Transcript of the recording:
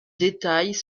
détails